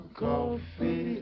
coffee